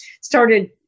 started